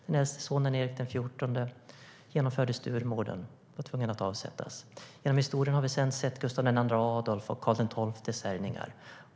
Den äldste sonen, Erik XIV, genomförde Sturemorden och var tvungen att avsättas. Genom historien har vi sedan sett Gustav II Adolfs och Karl XII:s härjningar.